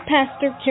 Pastor